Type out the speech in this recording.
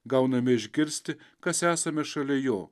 gauname išgirsti kas esame šalia jo